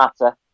matter